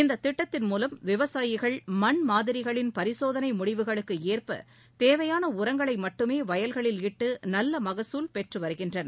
இத்திட்டத்தின் மூலம் விவசாயிகள் மண் மாதிரிகளின் பரிசோதனைமுடிவுகளுக்குஏற்ப தேவையான உரங்களைமட்டுமேவயல்களில் இட்டுநல்லமகசூல் பெற்றுவருகின்றனர்